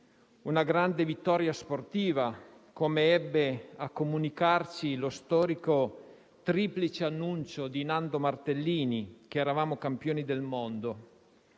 una grande vittoria sportiva, come ebbe a comunicarci lo storico triplice annuncio di Nando Martellini che eravamo campioni del mondo,